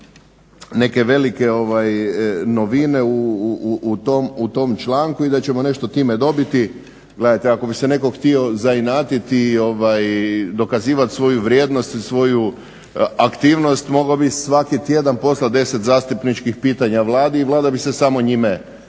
neke velike novine u tom članku i da ćemo nešto time dobiti. Gledajte, ako bi se netko htio zainatiti i dokazivati svoju vrijednost i svoju aktivnost mogao bi svaki tjedan poslati 10 zastupničkih pitanja Vladi i Vlada bi se samo njime bavila.